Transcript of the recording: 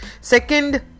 Second